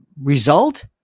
result